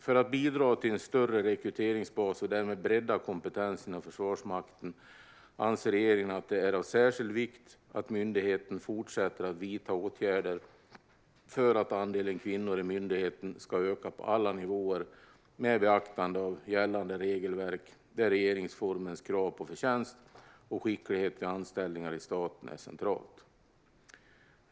För att bidra till en större rekryteringsbas och därmed bredda kompetensen inom Försvarsmakten anser regeringen att det är av särskild vikt att myndigheten fortsätter att vidta åtgärder för att andelen kvinnor i myndigheten ska öka på alla nivåer med beaktande av gällande regelverk där regeringsformens krav på förtjänst och skicklighet vid anställningar i staten är centralt.